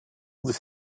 this